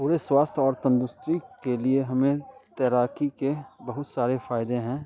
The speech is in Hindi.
पूरे स्वास्थ्य और तंदुरुस्ती के लिए हमें तैराक़ी के बहुत सारे फ़ायदे हैं